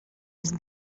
jest